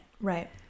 right